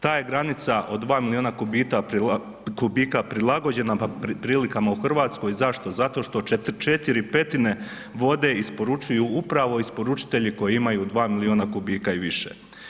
Ta je granica od 2 miliona kubika prilagođena prilikama u Hrvatskoj, zašto, zato što 4/5 vode isporučuju upravo isporučitelji koji imaju 2 miliona kubika i više.